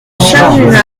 charluat